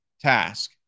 task